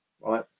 Right